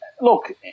Look